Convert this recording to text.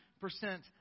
percent